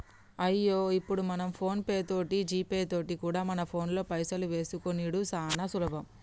అయ్యో ఇప్పుడు మనం ఫోన్ పే తోటి జీపే తోటి కూడా మన ఫోన్లో పైసలు వేసుకునిడు సానా సులభం